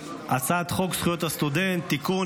הצעת חוק זכויות הסטודנט (תיקון,